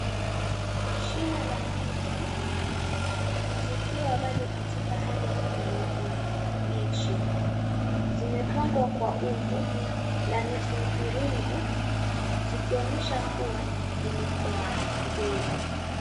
Shina za ndizi zikiwa bado katika hali ya kijani kibichi, zimepangwa kwa umbo la nusu mviringo, zikionyesha kuwa zimekomaa kidogo.